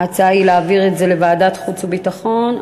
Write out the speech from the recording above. ההצעה היא להעביר את זה לוועדת החוץ והביטחון.